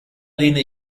lehne